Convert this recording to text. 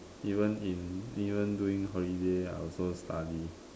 even in even during holiday I also study